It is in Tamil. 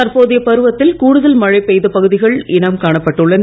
தற்போதைய பருவத்தில் கூடுதல் மழை பெய்த பகுதிகள் இனம் காண்ப்பட்டுள்ளன